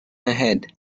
ahead